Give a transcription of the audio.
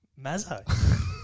Mazza